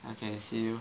okay see you